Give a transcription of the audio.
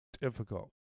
difficult